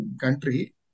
country